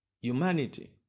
humanity